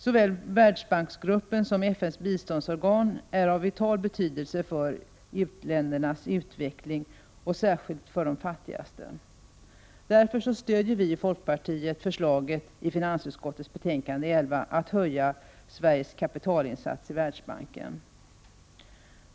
Såväl Världsbanksgruppen som FN:s biståndsorgan är av vital betydelse för u-ländernas utveckling, särskilt för de fattigaste länderna. Därför stödjer vii folkpartiet förslaget i finansutskottets betänkande 11 om att höja Sveriges kapitalinsats i Världsbanken.